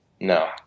No